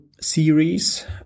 series